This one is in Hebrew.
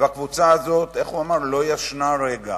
והקבוצה הזאת, איך הוא אמר, לא ישנה רגע